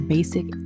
Basic